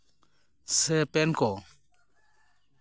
ᱥᱮ ᱯᱮᱱᱴ ᱠᱚ